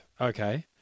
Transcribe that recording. Okay